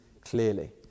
clearly